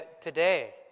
today